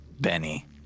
Benny